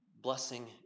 blessing